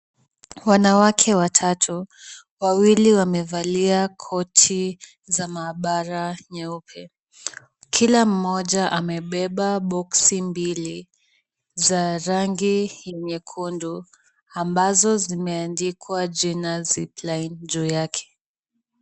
Wanawake watatu, wawili wamevalia koti za maabara nyeupe. Kila Moja amebeba boksi mbili za rangi nyekundu ambazo zimeandikwa jina zipline juu yake.